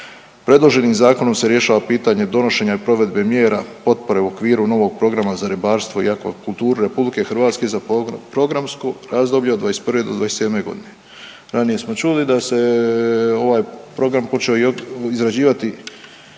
Predloženim zakonom se rješava pitanje donošenja i provedbe mjera potpore u okviru novog programa za ribarstvo i aquakulturu Republike Hrvatske za programsko razdoblje od 2021. do 2027. godine. Ranije smo čuli da se ovaj program počeo izrađivati